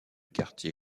quartier